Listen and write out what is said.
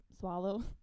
swallow